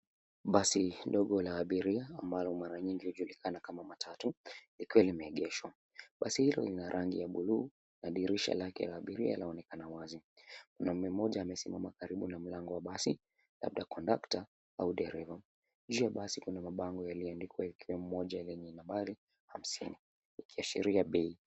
Basi ndogo la abiria, ambalo mara nyingi hujulikana kama matatu, likiwa limeegeshwa. Basi hilo lina rangi ya buluu na dirisha lake la abiria laonekana wazi. Mwanaume mmoja amesimama karibu na mlango wa basi, labda kondakta au dereva. Nje ya basi kuna mabango yaliyoandikwa, ikiwemo moja yenye nambari 50,ikiashiria bei.